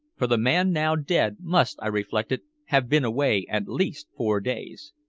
for the man now dead must, i reflected, have been away at least four days.